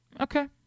Okay